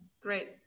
great